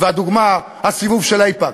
והדוגמה, הסיבוב של "אייפקס".